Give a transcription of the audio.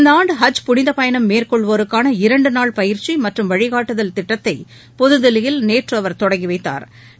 இந்த ஆண்டு ஹஜ் புனித பயணம் மேற்கொள்வோருக்கான இரண்டு நாள் பயிற்சி மற்றும் வழிகாட்டுதல் திட்டத்தை புதுதில்லியில் நேற்று அவர் தொடங்கி வைத்தாா்